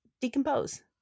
decompose